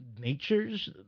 nature's